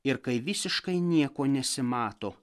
ir kai visiškai nieko nesimato